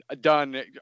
done